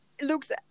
looks